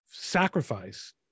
sacrifice